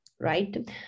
right